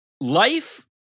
life